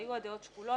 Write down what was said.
היו הדעות שקולות,